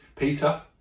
Peter